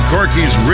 Corky's